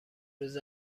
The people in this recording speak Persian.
روز